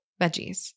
veggies